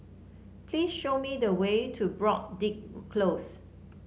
please show me the way to Broadrick Close